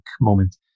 moment